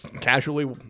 Casually